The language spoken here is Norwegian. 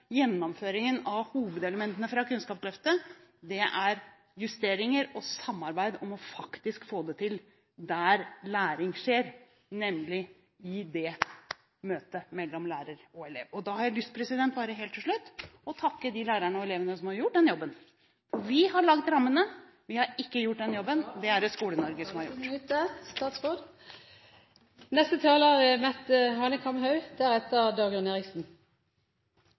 gjennomføringen av hovedelementene fra Kunnskapsløftet justeringer og samarbeid om å få det til der læring skjer, nemlig i møtet mellom lærer og elev. Jeg har bare helt til slutt lyst til å takke de lærerne og elevene som har gjort denne jobben. Vi har laget rammene, men vi har ikke gjort denne jobben – det er det Skole-Norge som har gjort. Da er